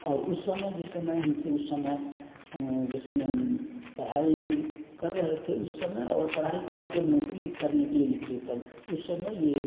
और उस समय जिस समय हम थे उस समय जिस समय हम पढ़ाई कर रहे थे उस समय और पढ़ाई के बाद जब नौकरी करने के लिए निकले तब उस समय यह